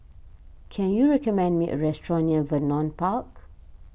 can you recommend me a restaurant near Vernon Park